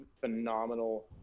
phenomenal